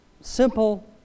simple